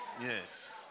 Yes